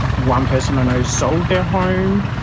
but one person i know sold their home.